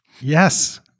Yes